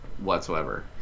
Whatsoever